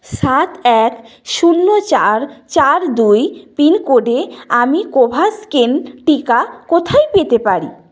সাত এক শূন্য চার চার দুই পিনকোডে আমি কোভ্যাস্কিন টিকা কোথায় পেতে পারি